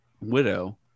Widow